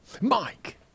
Mike